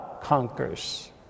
conquers